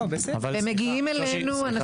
הם מגיעים אלינו.